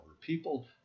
People